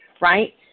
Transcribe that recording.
right